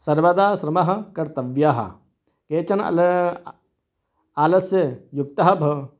सर्वदा श्रमः कर्तव्यः केचन अला आलस्ययुक्ताः भवेयुः